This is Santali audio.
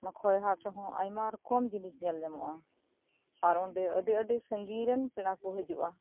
ᱚᱱᱟ ᱠᱷᱚᱣᱟᱭ ᱦᱟᱴᱨᱮᱦᱚᱸ ᱟᱭᱢᱟᱨᱚᱠᱚᱢ ᱡᱤᱱᱤᱥ ᱧᱮᱞᱧᱟᱢᱚᱜᱼᱟ ᱟᱨ ᱚᱸᱰᱮ ᱟᱹᱰᱤ ᱟᱹᱰᱤ ᱥᱟᱺᱜᱤᱧᱨᱮᱱ ᱯᱮᱲᱟᱠᱚ ᱦᱤᱡᱩᱜᱼᱟ